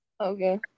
Okay